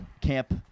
camp